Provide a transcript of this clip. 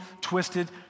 twisted